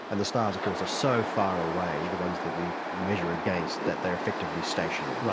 and the stars of course are so far away, the ones that we measure against that they're effectively stationary. right.